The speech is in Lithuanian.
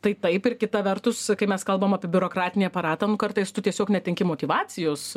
tai taip ir kita vertus kai mes kalbam apie biurokratinį aparatą nu kartais tu tiesiog netenki motyvacijos